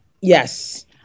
Yes